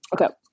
Okay